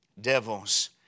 devils